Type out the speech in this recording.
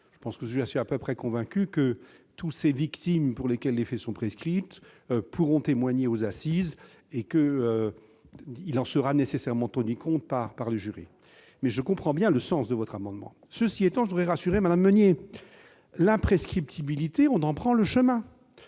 Mais, je suis à peu près convaincu que toutes les victimes pour lesquelles les faits sont prescrits pourront témoigner aux assises, et qu'il en sera nécessairement tenu compte par le jury. Quoi qu'il en soit, je comprends bien le sens de votre amendement et je voudrais rassurer Mme Michelle Meunier : l'imprescriptibilité, on en prend le chemin